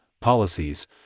policies